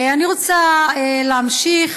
אני רוצה להמשיך,